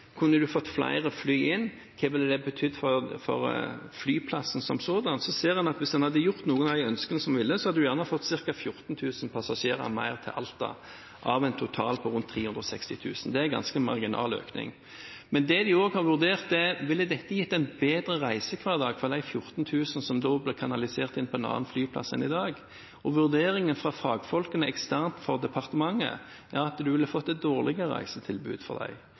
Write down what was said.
hva det ville betydd for flyplassen som sådan. Da ser en at hvis en hadde gjort noe av det som var ønsket, hadde en gjerne fått ca. 14 000 passasjerer mer til Alta, av en total på rundt 360 000. Det er en ganske marginal økning. Men det de også har vurdert, er om dette ville gitt en bedre reisehverdag for de 14 000 som da blir kanalisert inn på en annen flyplass enn i dag. Vurderingen fra fagfolkene eksternt for departementet er at en ville fått et dårligere reisetilbud for disse. Jeg har veldig stor forståelse for de